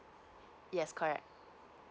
yes correct